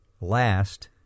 last